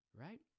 right